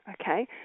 Okay